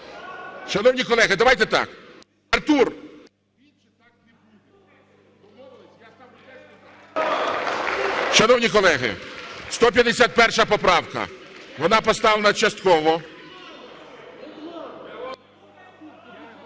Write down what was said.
Шановні колеги, давайте так. (Шум у залі) Шановні колеги! 151-а поправка. Вона поставлена частково.